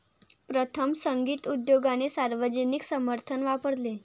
प्रथम, संगीत उद्योगाने सार्वजनिक समर्थन वापरले